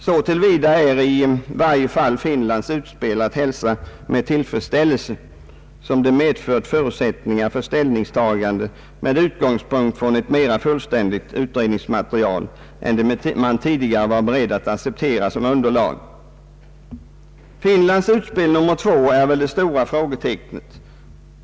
Så till vida är i varje fall Finlands utspel att hälsa med tillfredsställelse som det medfört förutsättningar för = ställningstagande med utgångspunkt i ett mera fullständigt utredningsmaterial än det man tidigare varit beredd att acceptera som underlag. Finlands utspel nr 2 är väl det stora frågetecknet.